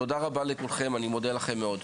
תודה רבה לכולכם, אני מודה לכם מאוד.